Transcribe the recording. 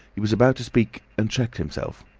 he was about to speak and checked himself.